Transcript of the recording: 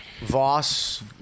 Voss